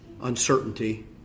uncertainty